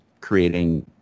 creating